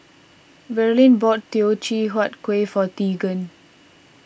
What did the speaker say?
Verlene bought Teochew Huat Kuih for Teagan